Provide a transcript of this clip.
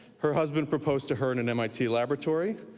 her husband proposed to her in an mit laboratory,